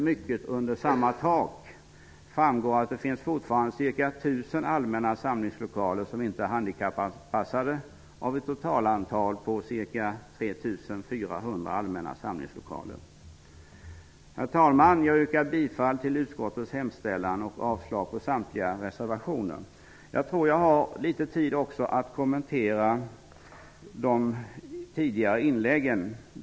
''Mycket under samma tak'' framgår att av ett totalantal av ca 3 400 allmänna samlingslokaler det fortfarande finns ca 1 000 som inte är handikappanpassade. Herr talman! Jag yrkar bifall till utskottets hemställan och avslag på samtliga reservationer. Jag tror jag har litet tid att kommentera de tidigare inläggen.